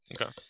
okay